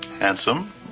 handsome